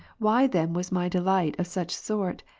why then was my delight of such sort,